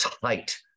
tight